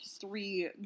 three